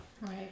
Right